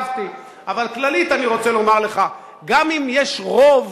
אבל כללית, אני רוצה לומר לך: גם אם יש רוב